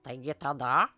taigi tada